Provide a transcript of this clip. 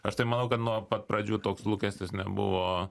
aš tai manau kad nuo pat pradžių toks lūkestis nebuvo